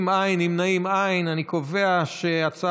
(תיקון,